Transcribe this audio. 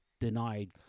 denied